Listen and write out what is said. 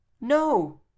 No